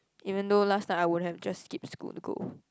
even though last night I would have just skip school to go